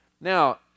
Now